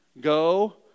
Go